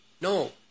No